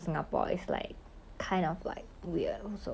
ya if you 穿太美 you know or